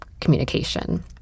communication